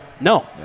No